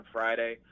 Friday